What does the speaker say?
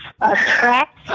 Attract